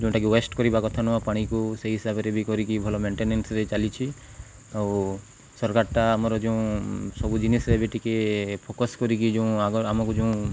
ଯେଉଁଟାକି ୱେଷ୍ଟ କରିବା କଥା ନୁହଁ ପାଣିକୁ ସେଇ ହିସାବରେ ବି କରିକି ଭଲ ମେଣ୍ଟେନାନ୍ସରେ ଚାଲିଛିି ଆଉ ସରକାରଟା ଆମର ଯେଉଁ ସବୁ ଜିନିଷରେ ବି ଟିକେ ଫୋକସ୍ କରିକି ଯେଉଁ ଆଗ ଆମକୁ ଯେଉଁ